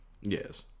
Yes